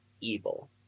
evil